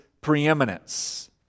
preeminence